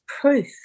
proof